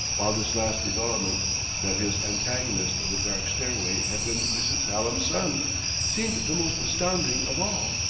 while this last development that his antagonist of the dark stairway had been mrs. hallam's son seemed the most astounding of all,